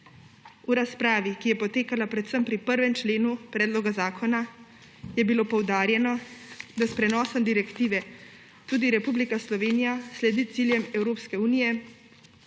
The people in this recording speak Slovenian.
V razpravi, ki je potekala predvsem pri 1. členu predloga zakona, je bilo poudarjeno, da s prenosom direktive tudi Republika Slovenija sledi ciljem Evropske unije,